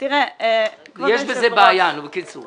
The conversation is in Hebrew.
יש בזה בעיה, בקיצור.